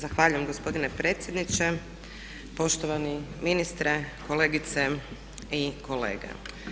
Zahvaljujem gospodine predsjedniče, poštovani ministre, kolegice i kolege.